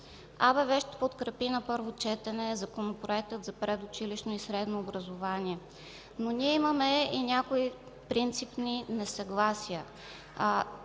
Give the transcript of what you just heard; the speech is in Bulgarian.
АБВ ще подкрепи на първо четене Законопроекта за предучилищно и средно образование, но ние имаме и някои принципни несъгласия.